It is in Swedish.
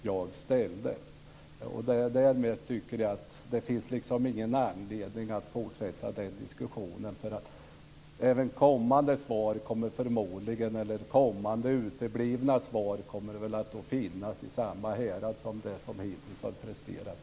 Jag tycker att det inte finns någon anledning att fortsätta diskussionen. Även kommande svar eller uteblivna svar kommer förmodligen att ligga inom samma härad som det som hittills har presterats.